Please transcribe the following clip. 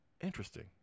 Interesting